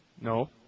No